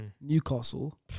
Newcastle